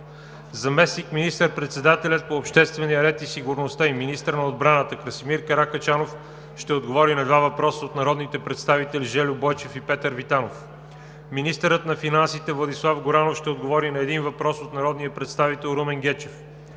заместник министър-председателят по обществения ред и сигурността и министър на отбраната Красимир Каракачанов ще отговори на два въпроса от народните представители Жельо Бойчев и Петър Витанов; - министърът на финансите Владислав Горанов ще отговори на един въпрос от народния представител Румен Гечев;